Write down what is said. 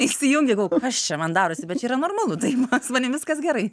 įsijungi kas čia man darosi bet čia yra normalu tai su manim viskas gerai